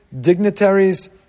dignitaries